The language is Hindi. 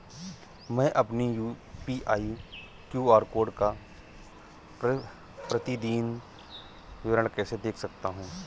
मैं अपनी यू.पी.आई क्यू.आर कोड का प्रतीदीन विवरण कैसे देख सकता हूँ?